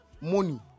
money